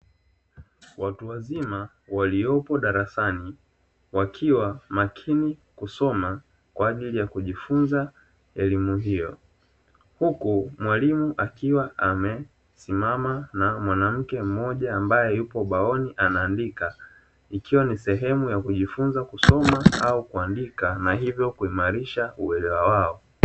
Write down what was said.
Watu wazima walioko darasani wakiwa makini kusoma kwa ajili ya kujifunza elimu hiyo, huku mwalimu akiwa amesimama na mwanamke mmoja ambaye yupo ubaoni anaandika ikiwa ni sehemu ya kujifunza kusoma au kuandika na hivyo kuimarisha uelewa wao.